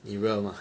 你热吗